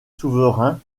souverains